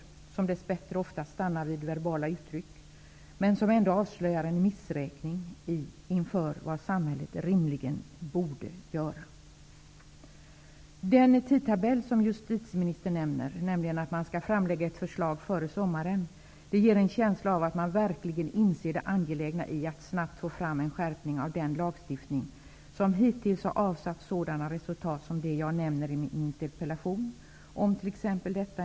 Detta stannar dess bättre oftast vid verbala uttryck, men avslöjar ändå en missräkning inför vad samhället rimligen borde göra. Den tidtabell som justitieministern nämner -- att man skall framlägga ett förslag före sommaren -- ger en känsla av att man verkligen inser det angelägna i att snabbt få fram en skärpning av den lagstiftning som hittills har avsatt sådana resultat som dem jag nämnde i min interpellation.